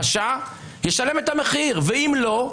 פשע, ישלם את המחיר, ואם לא,